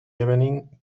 evening